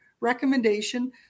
recommendation